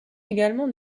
également